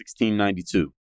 1692